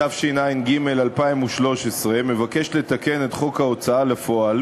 התשע"ג 2013, מבקשת לתקן את חוק ההוצאה לפועל